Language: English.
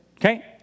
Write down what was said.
Okay